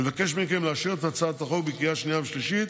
אני מבקש מכם לאשר את הצעת החוק בקריאה השנייה והשלישית